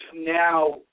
now